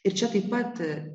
ir čia taip pat